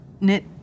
knit